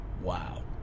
Wow